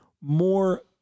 more